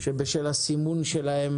ובשל הסימון שלהם